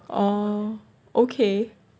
oh okay